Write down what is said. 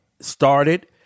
started